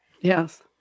Yes